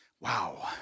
Wow